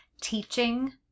teaching